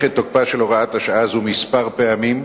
את תוקפה של הוראת השעה הזאת כמה פעמים,